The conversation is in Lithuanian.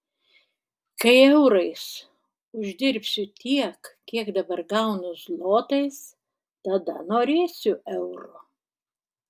kai eurais uždirbsiu tiek kiek dabar gaunu zlotais tada norėsiu euro